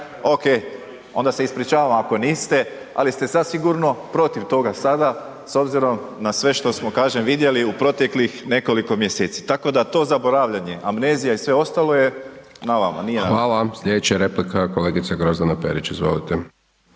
OK, onda se ispričavam ako niste ali ste zasigurno protiv toga sada s obzirom na sve što smo kažem vidjeli u proteklih nekoliko mjeseci. Tako da to zaboravljanje, amnezija i sve ostalo je na vama, nije .../Govornik se ne razumije./...